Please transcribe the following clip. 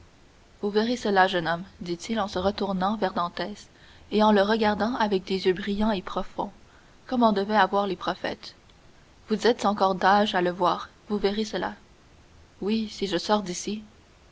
vous verrez cela jeune homme dit-il en se retournant vers dantès et en le regardant avec des yeux brillants et profonds comme en devaient avoir les prophètes vous êtes encore d'âge à le voir vous verrez cela oui si je sors d'ici